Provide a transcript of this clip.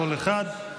קול אחד.